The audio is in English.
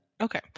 okay